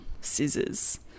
scissors